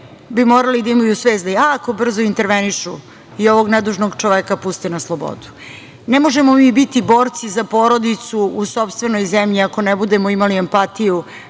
bi morali da imaju svest da jako brzo intervenišu i ovog nedužnog čoveka puste na slobodu. Ne možemo mi biti borci za porodicu u sopstvenoj zemlji ako ne budemo imali empatiju